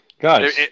guys –